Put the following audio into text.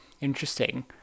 Interesting